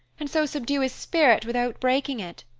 and so subdue his spirit without breaking it.